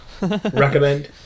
recommend